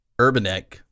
Urbanek